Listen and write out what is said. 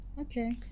Okay